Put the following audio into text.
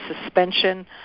suspension